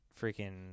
freaking